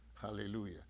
hallelujah